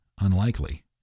unlikely